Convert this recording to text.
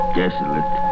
desolate